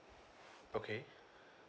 okay